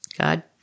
God